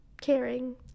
caring